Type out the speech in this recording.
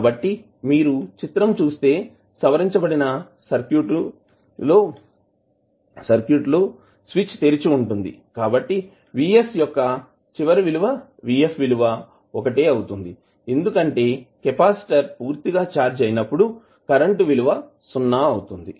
కాబట్టి మీరు చిత్రం చూస్తే సవరించబడిన సర్క్యూట్ చుస్తే స్విచ్ తెరిచి ఉంటుంది కాబట్టి V s యొక్క చివరి విలువ Vf విలువ ఒకటే అవుతుంది ఎందుకంటే కెపాసిటర్ పూర్తిగా ఛార్జ్ అయినప్పుడు కరెంటు విలువ సున్నా అవుతుంది